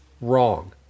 wrong